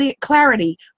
clarity